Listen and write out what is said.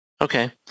Okay